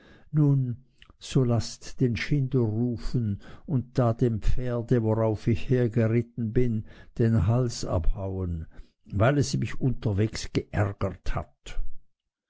nun so laßt den schinder rufen und da dem pferde worauf ich hergeritten bin den hals abhauen weil es mich unterwegs geärgert hat